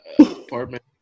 apartment